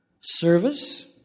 service